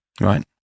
Right